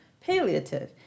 palliative